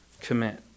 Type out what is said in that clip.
commit